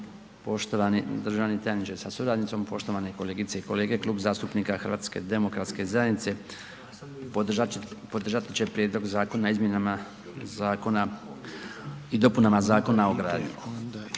Poštovani državni tajniče sa suradnicom, poštovane kolegice i kolege. Klub zastupnika HDZ-a podržat će Prijedlog zakona o izmjenama i dopunama Zakona o gradnji.